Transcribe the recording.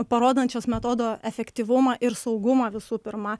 parodančios metodo efektyvumą ir saugumą visų pirma